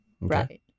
right